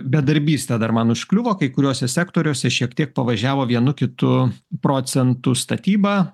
bedarbystė dar man užkliuvo kai kuriuose sektoriuose šiek tiek pavažiavo vienu kitu procentu statyba